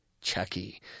Chucky